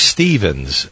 Stevens